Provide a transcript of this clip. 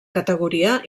categoria